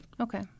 Okay